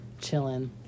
chilling